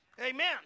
Amen